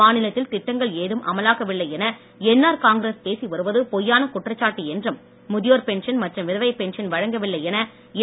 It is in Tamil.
மாநிலத்தில் திட்டங்கள் எதுவும் அமலாகவில்லை என என்ஆர் காங்கிரஸ் பேசி வருவது பொய்யான குற்றச்சாட்டு என்றும் முதியோர் பென்ஷன் மற்றும் விதவை பென்ஷன் வழங்கவில்லை என என்